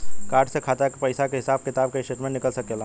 Card से खाता के पइसा के हिसाब किताब के स्टेटमेंट निकल सकेलऽ?